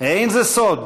זה לא סוד